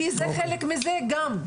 זה חלק מזה גם.